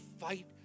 fight